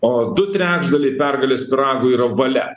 o du trečdaliai pergalės pyrago yra valia